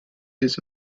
his